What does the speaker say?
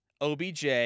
OBJ